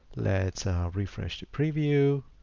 let's refresh the preview,